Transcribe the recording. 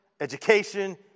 education